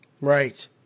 Right